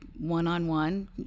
one-on-one